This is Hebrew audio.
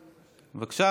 בבקשה,